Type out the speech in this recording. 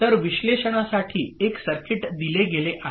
तर विश्लेषणासाठी एक सर्किट दिले गेले आहे